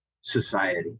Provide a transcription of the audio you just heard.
society